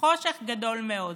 חושך גדול מאוד.